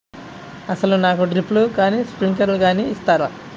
అసలు నాకు డ్రిప్లు కానీ స్ప్రింక్లర్ కానీ ఇస్తారా?